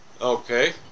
Okay